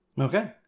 Okay